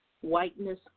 whiteness